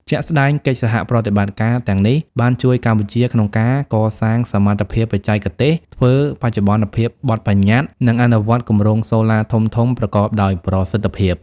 ជាក់ស្តែង កិច្ចសហប្រតិបត្តិការទាំងនេះបានជួយកម្ពុជាក្នុងការកសាងសមត្ថភាពបច្ចេកទេស ធ្វើបច្ចុប្បន្នភាពបទប្បញ្ញត្តិ និងអនុវត្តគម្រោងសូឡាធំៗប្រកបដោយប្រសិទ្ធភាព។